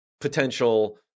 potential